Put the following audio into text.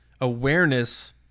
awareness